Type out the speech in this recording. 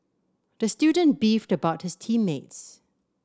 the student beefed about his team mates